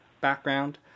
background